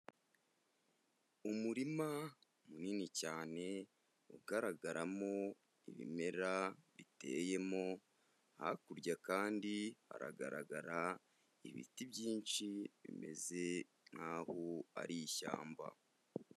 Umurima munini cyane ugaragaramo ibimera biteyemo, hakurya kandi haragaragara ibiti byinshi bimeze nkaho ari ishyamba.